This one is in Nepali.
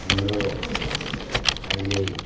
हाम्रो अहिले